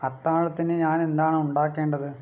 അത്താഴത്തിന് ഞാനെന്താണ് ഉണ്ടാക്കേണ്ടത്